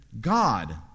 God